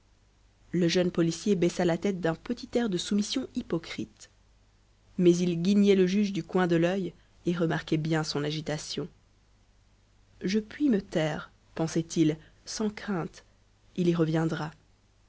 le jeune policier baissa la tête d'un petit air de soumission hypocrite mais il guignait le juge du coin de l'œil et remarquait bien son agitation je puis me taire pensait-il sans crainte il y reviendra